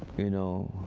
you know,